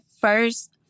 first